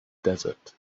desert